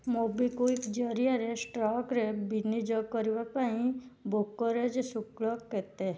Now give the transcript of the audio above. MobiKwik ଜରିଆରେ ଷ୍ଟକରେ ବିନିଯୋଗ କରିବା ପାଇଁ ବ୍ରୋକରେଜ ଶୁଳ୍କ କେତେ